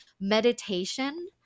meditation